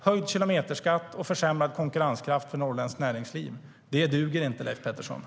Höjd kilometerskatt och försämrad konkurrenskraft för norrländskt näringsliv. Det duger inte, Leif Pettersson.